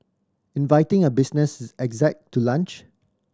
inviting a business exec to lunch